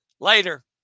Later